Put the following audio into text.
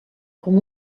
com